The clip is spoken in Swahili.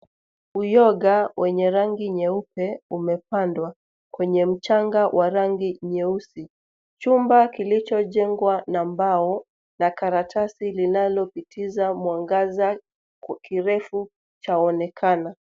Uyoga wenye rangi nyeupe umepandwa kwenye mchanga wa rangi nyeusi. Chumba kilichojengwa na mbao na karatasi linalopitiza mwangaza kwa kirefu chaonekana.